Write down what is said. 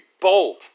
bold